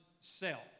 self